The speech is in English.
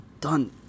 done